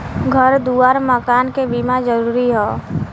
घर दुआर मकान के बीमा जरूरी हौ